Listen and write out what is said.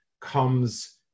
comes